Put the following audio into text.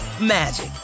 magic